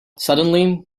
suddenly